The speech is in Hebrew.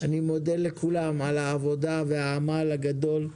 אני מודה לכולם על העבודה והעמל הגדול.